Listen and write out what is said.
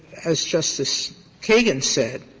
as justice kagan said,